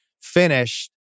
finished